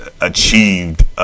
achieved